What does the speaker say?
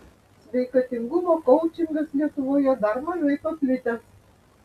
sveikatingumo koučingas lietuvoje dar mažai paplitęs